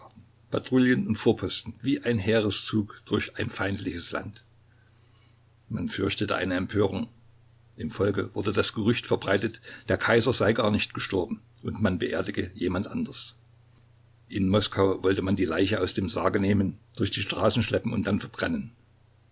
patrouillen und vorposten wie ein heereszug durch ein feindliches land man fürchtete eine empörung im volke wurde das gerücht verbreitet der kaiser sei gar nicht gestorben und man beerdige jemand anders in moskau wolle man die leiche aus dem sarge nehmen durch die straßen schleppen und dann verbrennen